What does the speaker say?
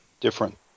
different